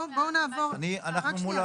בואו נעבור --- אנחנו מול הנוסח.